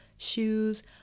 shoes